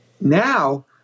Now